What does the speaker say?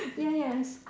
ya yes